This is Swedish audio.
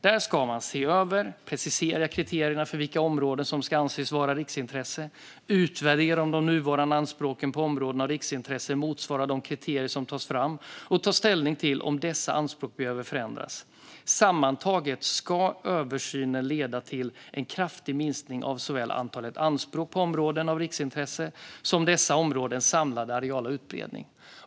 Där ska man se över och precisera kriterierna för vilka av områdena som ska anses vara av riksintresse, utvärdera om de nuvarande anspråken på områdena av riksintresse motsvarar de kriterier som tas fram och ta ställning till om dessa anspråk behöver förändras. Sammantaget ska översynen leda till en kraftig minskning av såväl antalet anspråk på områden av riksintresse som dessa områdens samlade areala utbredning.